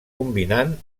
combinant